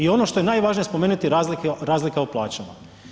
I ono što je najvažnije spomenuti, razlika u plaćama.